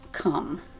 come